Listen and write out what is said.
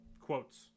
quotes